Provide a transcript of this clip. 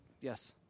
Yes